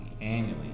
annually